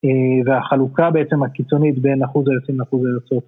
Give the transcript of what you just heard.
והחלוקה בעצם הקיצונית בין אחוז היוצאים לאחוז היוצאות.